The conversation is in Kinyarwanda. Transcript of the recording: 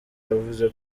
yavuze